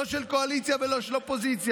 לא של קואליציה ולא של אופוזיציה.